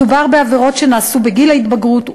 מדובר בעבירות שנעשו בגיל ההתבגרות,